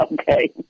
Okay